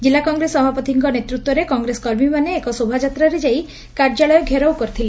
ଜିଲ୍ଲ କଂଗ୍ରେସ ସଭାପତିଙ୍କ ନେତୂତ୍ୱରେ କଂଗ୍ରେସ କର୍ମୀ ମାନେ ଏକ ଶୋଭାଯାତ୍ରାରେ ଯାଇ କାର୍ଯ୍ୟାଳୟ ଘେରାଉ କରିଥିଲେ